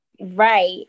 Right